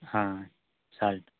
salt